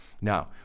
Now